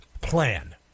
plan